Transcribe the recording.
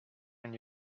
and